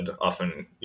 often